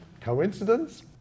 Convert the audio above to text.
Coincidence